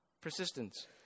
Persistence